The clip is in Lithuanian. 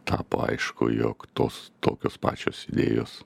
tapo aišku jog tos tokios pačios idėjos